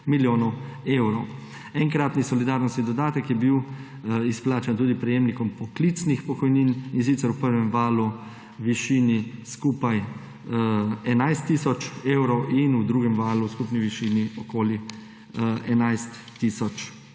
milijonov evrov. Enkratni solidarnostni dodatek je bil izplačan tudi prejemnikom poklicnih pokojnin, in sicer v prvem valu v višini skupaj 11 tisoč evrov in v drugem valu v skupni višini okoli 11 tisoč